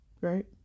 Right